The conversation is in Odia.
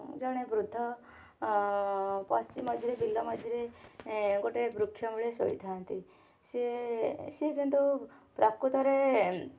ଜଣେ ବୃଦ୍ଧ ବସି ମଝିରେ ବିଲ ମଝିରେ ଗୋଟେ ବୃକ୍ଷ ମୂଳେ ଶୋଇଥାନ୍ତି ସେ ସେ କିନ୍ତୁ ପ୍ରକୃତରେ